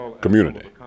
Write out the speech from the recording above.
community